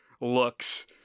looks